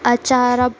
ಅಚ್ಚಾರ್